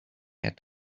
had